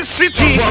city